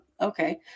okay